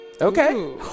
Okay